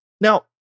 now